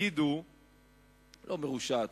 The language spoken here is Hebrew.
לא מרושעת,